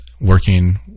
working